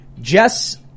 Jess